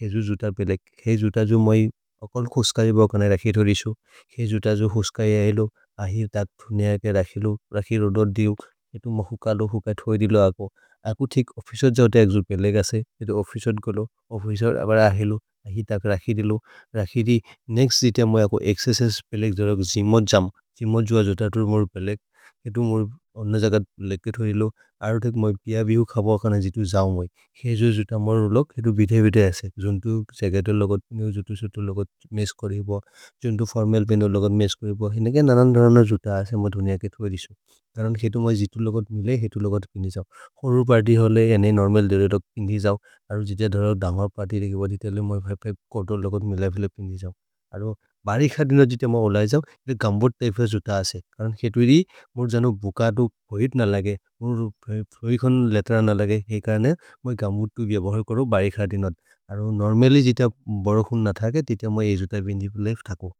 हेइ जुत पेलेक्। हेइ जुत जो म्ôइ अकल् खुस्करि बकनै रखि धोरिसो, हेइ जुत जो खुस्करि ऐलो, अहि तक् धुने अके रखि लो। रखि लो दोत् दिओ, केतु म्ô हुकलो, हुकत् होइ दिलो अको। अको थेक् ओफ्फिचेर् जोत एक् जुत पेलेक् असे, केतु ओफ्फिचेर् कोलो। ओफ्फिचेर् अबर् अहेलो, अहि तक् रखि दिलो, रखि दि। नेक्स्त् जुत म्ôइ अको क्स्स्स् पेलेक् धोरक् जिमोद् जम्, जिमोद् जो जोत अतुर् म्ôर् पेलेक्। केतु म्ôर् अन्न जगत् लेकेत् होइ लो, अरो तेक् म्ôइ पिअ बिहु खबु अकल् जुत जम् म्ôइ। हेइ जुत जुत म्ôर् लोग् हेतु बिदे बिदे असे। जुन्तो जगतर् लोगत्, जुन्तो सोतर् लोगत् मेस् करिबो, जुन्तो फोर्मल् बेनर् लोगत् मेस् करिबो। हिनेके ननन् ननन् जुत असे म्ô धुने अके धोरिसो। करन् केतु म्ôइ जितु लोगत् मिले, हेतु लोगत् पिन्दे जओ। होनुर् पर्त्य् होले हेनेइ नोर्मल् धेरेतो पिन्दे जओ। अरो जित धोरक् धमर् पर्त्य्रे केब दितेले म्ôइ भै भै कोतोर् लोगत् मिले फिले पिन्दे जओ। अरो बरि खतिन जुत म्ôइ ओलए जओ। गम्बर् त्य्पे असे जुत असे, करन् केतु हिरि म्ôर् जनु बुकतु फोहिर् न लगे, होनुर् फोहिकोन् लेतर न लगे। हेइ करने म्ôइ गम्बर् तु बिअ बहर् करो बरि खतिन, अरो नोर्मल्ल्य् जुत बर खुन् न थके, जुत म्ôइ हेइ जुत बिन्दे फुले थको।